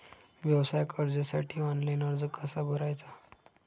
व्यवसाय कर्जासाठी ऑनलाइन अर्ज कसा भरायचा?